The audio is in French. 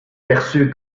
perçu